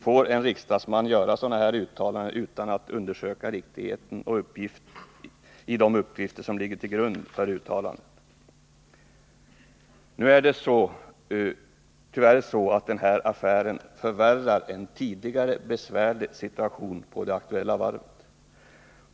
Får en riksdagsman göra sådana här uttalanden utan att först undersöka riktigheten i de uppgifter som ligger till grund för hans uttalanden? Tyvärr förvärrar den här affären en sedan tidigare besvärlig situation på det aktuella varvet.